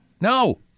No